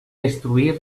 destruir